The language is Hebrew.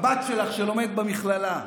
הבת שלך, שלומדת במכללה,